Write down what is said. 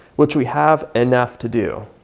which we have enough to do.